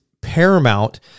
paramount